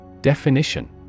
Definition